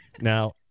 Now